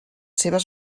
seves